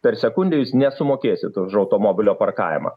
per sekundę jūs nesumokėsit už automobilio parkavimą